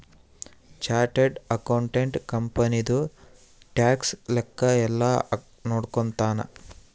chartered accountant ಕಂಪನಿದು tax ಲೆಕ್ಕ ಯೆಲ್ಲ ನೋಡ್ಕೊತಾನ